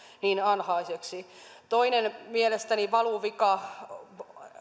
niin alhaiseksi mielestäni toinen valuvika